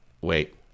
Wait